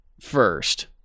first